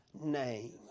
name